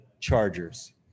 chargers